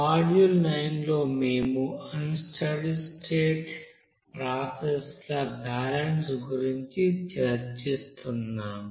module 9 లో మేము unsteady state process ల బ్యాలెన్స్ గురించి చర్చిస్తున్నాము